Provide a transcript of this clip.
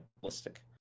ballistic